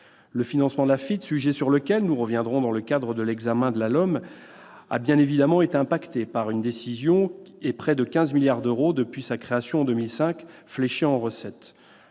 Le financement de l'Afitf, sujet sur lequel nous reviendrons dans le cadre de l'examen du projet de loi LOM, a bien évidemment été touché par cette décision avec près de 15 milliards d'euros depuis sa création en 2005 fléchés en recettes.